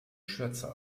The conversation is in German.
schürze